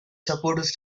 supporters